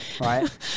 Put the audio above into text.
right